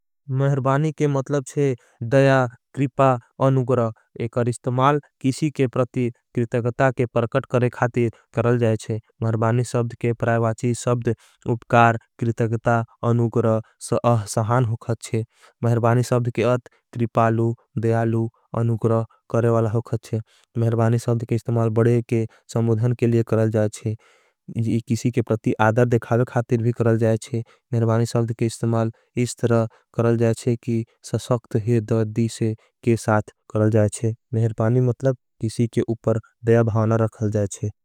महरबानी के मतलब छे दया क्रिपा अनुग्र एकर इस्तमाल। किसी के प्रती क्रितगता के परकट करे खातिर करल जाएचे। महरबानी सब्द के प्रायवाची सब्द उपकारक्रितगता अनुग्र। सअह सहान होखत छे महरबानी सब्द के अंत क्रिपालु। दयालु अनुग्र करे वाला होखत छे महरबानी सब्द के इस्तमाल। बड़े के समुधन के लिए करल जाएचे किसी के प्रती आदर। देखावे खातिर भी करल जाएचे महरबानी सब्द के इस्तमाल। इस तरह करल जाएचे कि ससक्त हिर दर्दी से के साथ करल। जाएचे महरबानी मतलब किसी के उपर दया भावना रखल जाएचे।